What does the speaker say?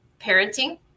parenting